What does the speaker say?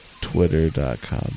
Twitter.com